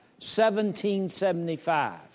1775